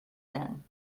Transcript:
then